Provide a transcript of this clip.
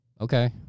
Okay